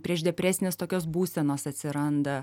prieš depresinės tokios būsenos atsiranda